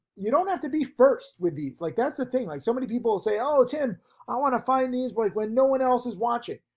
you don't have to be first with this like that's the thing like so many people will say oh, tim i wanna find these but like when no one else is watching,